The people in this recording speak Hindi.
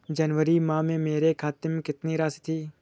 जनवरी माह में मेरे खाते में कितनी राशि थी?